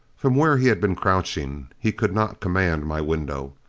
from where he had been crouching he could not command my window.